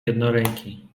jednoręki